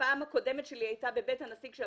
הפעם הקודמת שלי הייתה בבית הנשיא כאשר